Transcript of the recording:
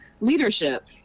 leadership